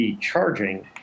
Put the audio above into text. charging